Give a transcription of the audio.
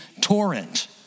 torrent